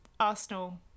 Arsenal